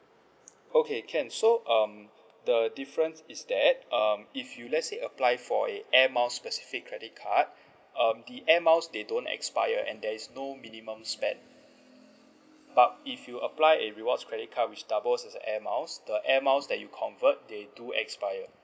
okay can so um the difference is that um if you let's say apply for a Air Miles specific credit card um the Air Miles they don't expire and there is no minimum spend but if you apply a rewards credit card which doubles it Air Miles the Air Miles that you convert they do expire